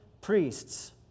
priests